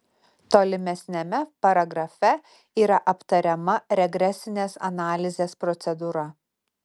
tolimesniame paragrafe yra aptariama regresinės analizės procedūra